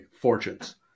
fortunes